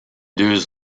deux